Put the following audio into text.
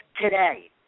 today